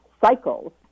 cycles